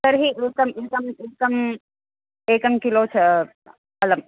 तर्हि एकम् एकम् एकम् एकं किलो च अलम्